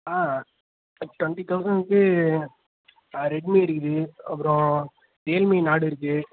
ஆ twenty தௌசண்ட்க்கு Redmi இருக்குது அப்புறம் ரியல்மி நாட் இருக்குது